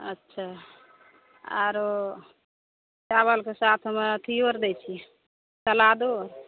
अच्छा आरो चाबलके साथमे एथियो आर दै छियै सलादो